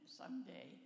someday